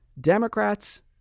Democrats